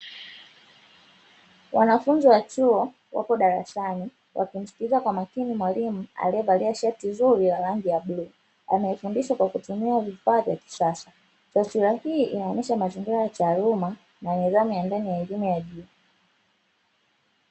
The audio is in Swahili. Wanafunzi wa chuo wapo darasani wakimsikiliza kwa makini mwalimu aliyevalia shati zuri la rangi ya bluu, anayefundisha kwa kutumia vifaa vya kisasa. Taswira hii inaonesha mazingira ya taaluma na nidhamu ya ndani ya elimu ya juu.